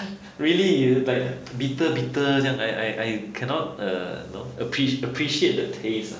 really it like bitter bitter 这样 I I I cannot uh appre~ appreciate the taste